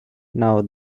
now